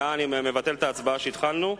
מבטל את ההצבעה שהתחלנו.